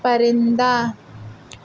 پرندہ